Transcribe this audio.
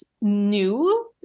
new